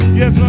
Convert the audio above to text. yes